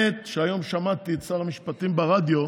האמת היא שהיום שמעתי את שר המשפטים ברדיו,